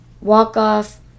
walk-off